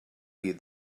you